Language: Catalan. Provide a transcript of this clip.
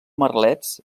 merlets